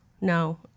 No